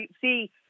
see